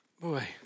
boy